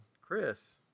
Chris